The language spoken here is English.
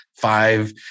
five